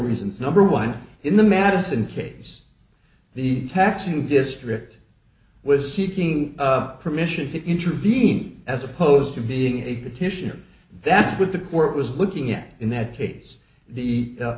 reasons number one in the madison case the taxing district was seeking permission to intervene as opposed to being a petitioner that's what the court was looking at in that case the